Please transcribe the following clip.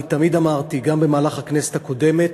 אני תמיד אמרתי, גם בכנסת הקודמת,